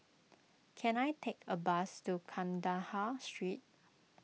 can I take a bus to Kandahar Street